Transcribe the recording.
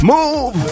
Move